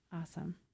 Awesome